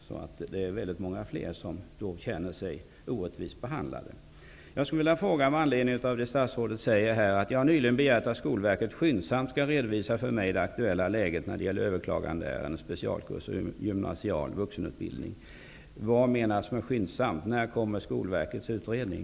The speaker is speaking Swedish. Så det är väldigt många fler som känner sig orättvist behandlade. ''skyndsamt''? När kommer Skolverkets utredning?